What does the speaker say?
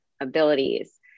abilities